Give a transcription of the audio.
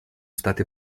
state